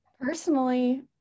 personally